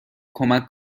کمک